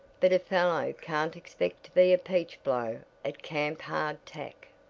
but a fellow can't expect to be a peachblow at camp hard tack.